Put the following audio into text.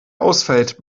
ausfällt